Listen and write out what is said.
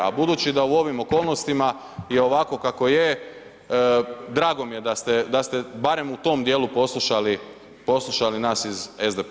A budući da u ovim okolnostima je ovako kako je, drago mi je da ste barem u tom dijelu poslušali nas SDP-a.